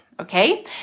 Okay